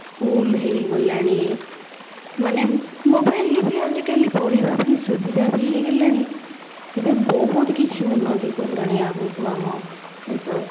school ହେଇଗଲାଣି ମାନେ ମୋବାଇଲରେ ବି ଆଜିକାଲି ପଢ଼ିବା ପାଇଁ ସୁବିଧା ବି ହେଇଗଲାଣି ଏବେ ବହୁତ କିଛି ଉନ୍ନତି କଲାଣି ଆଗକୁ ଆମ ଦେଶ